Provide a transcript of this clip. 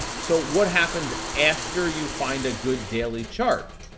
so what happens after you find a good daily chart?